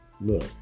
Look